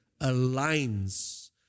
aligns